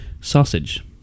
Sausage